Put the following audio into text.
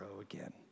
again